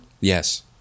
Yes